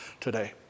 today